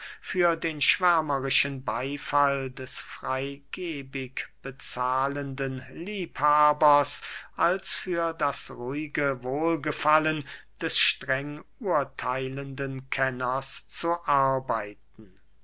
für den schwärmerischen beyfall des freygebig bezahlenden liebhabers als für das ruhige wohlgefallen des streng urtheilenden kenners zu arbeiten